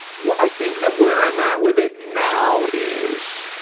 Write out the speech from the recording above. well, i think that where i'm at with it now is,